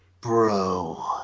bro